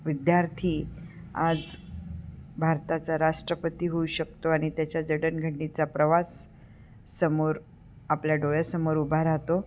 विद्यार्थी आज भारताचा राष्ट्रपती होऊ शकतो आणि त्याच्या जडणघडणीचा प्रवास समोर आपल्या डोळ्यासमोर उभा राहतो